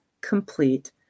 complete